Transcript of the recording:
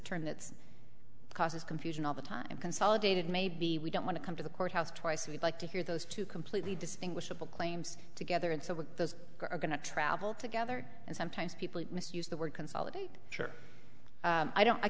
term that causes confusion all the time consolidated maybe we don't want to come to the courthouse twice we'd like to hear those two completely distinguishable claims together and so those are going to travel together and sometimes people misuse the word consolidate which are i don't i